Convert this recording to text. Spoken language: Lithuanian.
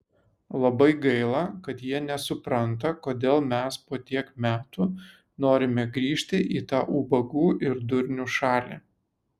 labai gaila kad jie nesupranta kodėl mes po tiek metų norime grįžti į tą ubagų ir durnių šalį